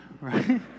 right